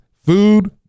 Food